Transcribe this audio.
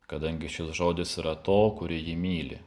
kadangi šis žodis yra to kurį ji myli